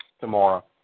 tomorrow